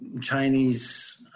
Chinese